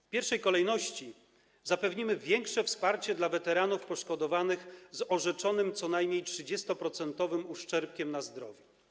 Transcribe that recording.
W pierwszej kolejności zapewnimy większe wsparcie dla weteranów poszkodowanych z orzeczonym co najmniej 30-procentowym uszczerbkiem na zdrowiu.